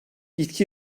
i̇ki